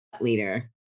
leader